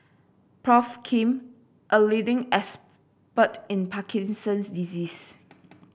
Prof Kim a leading expert in Parkinson's disease